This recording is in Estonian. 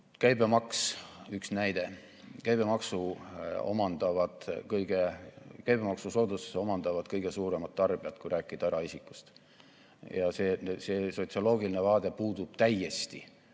Käibemaks, üks näide. Käibemaksusoodustuse omandavad kõige suuremad tarbijad, kui rääkida eraisikuist. See sotsioloogiline vaade puudub EKRE-l täiesti.